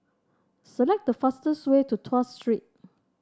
select the fastest way to Tuas Street